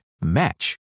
match